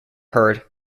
heard